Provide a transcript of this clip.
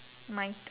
mine